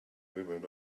women